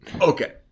Okay